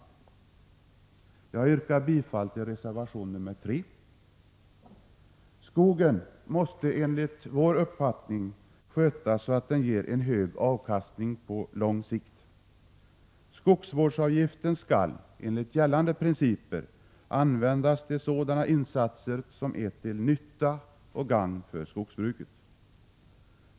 Jag yrkar bifall till reservation nr 3. Skogen måste enligt vår uppfattning skötas så att den ger en hög avkastning på lång sikt. Skogsvårdsavgiften skall enligt gällande principer användas till sådana insatser som är till nytta och gagn för skogsbruket.